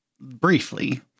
Briefly